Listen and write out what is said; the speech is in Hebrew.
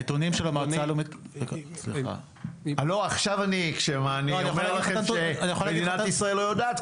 הנתונים של המועצה הלאומית --- כשאני אומר שמדינת ישראל לא יודעת,